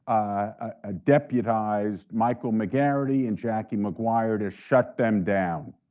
ah deputized michael mcgarrity and jackie maguire to shut them down.